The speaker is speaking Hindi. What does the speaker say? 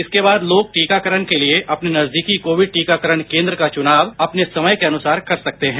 इसके बाद लोग टीकाकरण के लिए अपने नजदीकी कोविड टीकाकरण केंद्र का चुनाव अपने समय के अनुसार कर सकते हैं